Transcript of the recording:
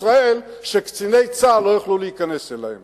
ישראל שקציני צה"ל לא יוכלו להיכנס אליו.